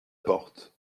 porte